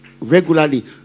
regularly